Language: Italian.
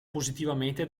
positivamente